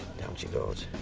down she goes.